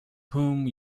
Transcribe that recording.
whom